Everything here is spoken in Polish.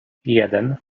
jeden